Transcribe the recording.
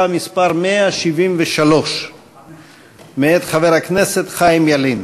מס' 173 מאת חבר הכנסת חיים ילין.